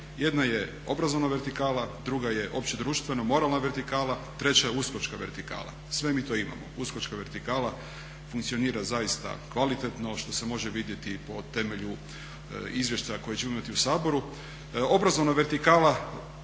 jedna je obrazovna vertikala, druga je opće društveno moralna vertikala, treća je USKOK-čka vertikala. Sve mi to imamo USKOK-čka vertikala funkcionira zaista kvalitetno što se može vidjeti po temelju izvještaja koje ćemo imati u Saboru.